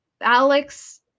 Alex